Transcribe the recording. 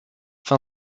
fin